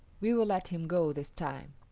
we will let him go this time.